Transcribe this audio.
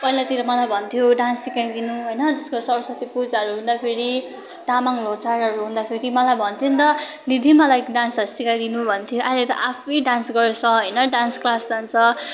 पहिलातिर मलाई भन्थ्यो डान्स सिकाइदिनु होइन जस्तो सरस्वती पूजाहरू हुँदाखेरि तामाङ लोसारहरू हुँदाखेरि मलाई भन्थ्यो नि त दिदी मलाई डान्सहरू सिकाइदिनु भन्थ्यो अहिले त आफै डान्स गर्छ होइन डान्स क्लास जान्छ